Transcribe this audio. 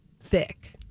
thick